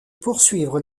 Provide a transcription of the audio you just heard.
poursuivre